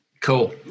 Cool